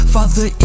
Father